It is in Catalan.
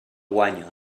guanya